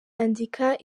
andika